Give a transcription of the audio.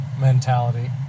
mentality